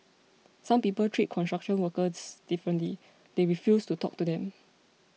some people treat construction workers differently they refuse to talk to them